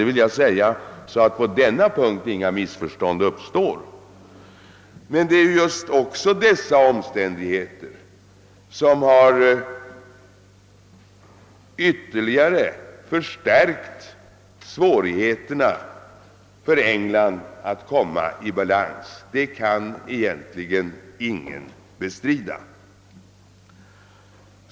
Jag vill nämna detta, så att inga missförstånd uppstår på denna punkt. Just dessa omständigheter har emellertid ytterligare förstärkt svårigheterna för England att komma i balans; det kan egentligen ingen bestrida.